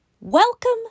Welcome